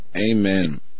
Amen